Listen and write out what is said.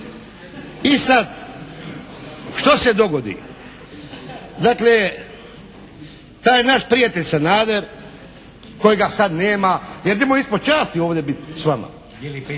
I sad što se dogodi? Dakle taj naš prijatelj Sanader kojega sad nema, jer njemu je ispod časti ovdje biti s vama.